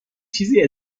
چیزی